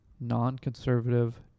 non-conservative